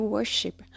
Worship